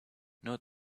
note